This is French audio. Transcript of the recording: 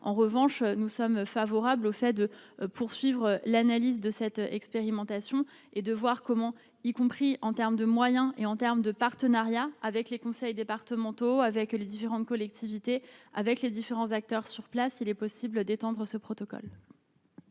en revanche nous sommes favorables au fait de poursuivre l'analyse de cette expérimentation et de voir comment, y compris en terme de moyens et en termes de partenariat avec les conseils départementaux avec les différentes collectivités, avec les différents acteurs sur place, il est possible d'étendre ce protocole.